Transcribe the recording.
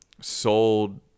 sold